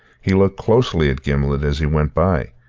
he looked closely at gimblet as he went by,